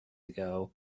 ago